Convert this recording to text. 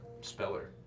Speller